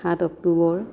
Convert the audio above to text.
সাত অক্টোবৰ